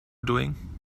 doing